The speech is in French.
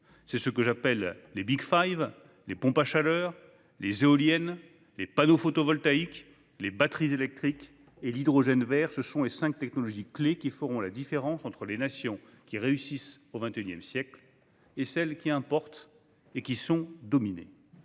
C'est ce que j'appelle les : les pompes à chaleur, les éoliennes, les panneaux photovoltaïques, les batteries électriques et l'hydrogène vert. Ces cinq technologies clés feront la différence entre les nations qui réussissent au XXI siècle et celles qui importent et qui sont dominées.